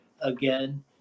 again